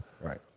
Right